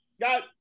Got